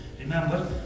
remember